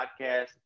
Podcast